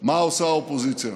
מה עושה האופוזיציה